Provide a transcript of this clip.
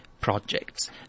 projects